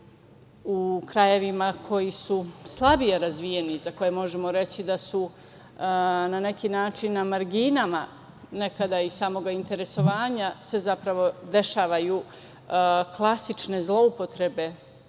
u krajevima koji su slabije razvijeni, za koje možemo reći da su na neki način na marginama nekada i samog interesovanja se zapravo dešavaju klasične zloupotrebe